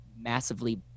massively